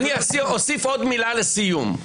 אני אוסיף עוד מילה לסיום,